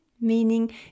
Meaning